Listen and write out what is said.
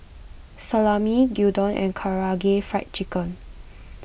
Salami Gyudon and Karaage Fried Chicken